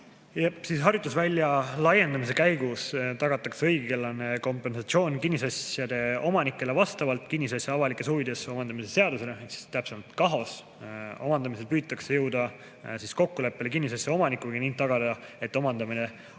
Harjutusvälja laiendamise käigus tagatakse õiglane kompensatsioon kinnisasjade omanikele vastavalt kinnisasja avalikes huvides omandamise seadusele ehk KAHOS‑ele. Omandamisel püütakse jõuda kokkuleppele kinnisasja omanikuga ning tagada, et [pärast